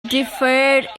deferred